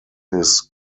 his